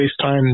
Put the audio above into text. FaceTime